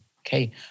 Okay